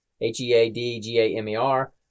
H-E-A-D-G-A-M-E-R